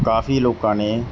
ਕਾਫੀ ਲੋਕਾਂ ਨੇ